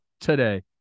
today